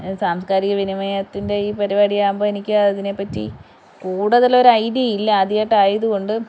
സാംസ്കാരിക വിനിമയത്തിൻ്റെ ഈ പരിപാടിയാവുമ്പോള് എനിക്ക് അതിനെപ്പറ്റി കൂടുതലൊരു ഐഡിയ ഇല്ല ആദ്യമായിട്ടായതുകൊണ്ട്